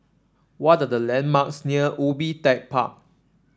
what are the landmarks near Ubi Tech Park